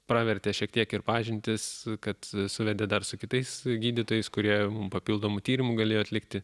pravertė šiek tiek ir pažintys kad suvedė dar su kitais gydytojais kurie mum papildomų tyrimų galėjo atlikti